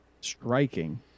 striking